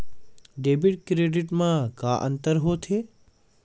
Debit credit मा का अंतर होत हे?